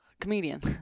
comedian